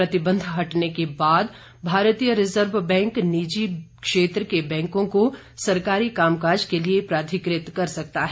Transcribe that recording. प्रतिबंध हटने के बाद भारतीय रिजर्व बैंक निजी क्षेत्र के बैंकों को सरकारी कामकाज के लिए प्राधिकृत कर सकता है